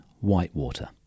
whitewater